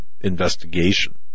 investigation